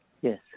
Yes